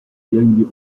irgendwie